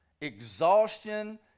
exhaustion